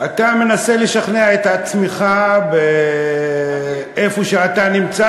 אתה מנסה לשכנע את עצמך איפה שאתה נמצא,